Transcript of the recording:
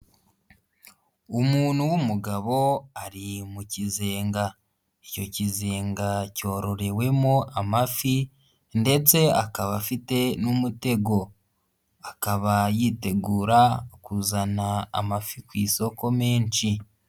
Umuntu w'umugabo ari mu kizenga, icyo kizenga cyororewemo amafi ndetse akaba afite n'umutego, akaba yitegura kuzana amafi ku isoko menshi.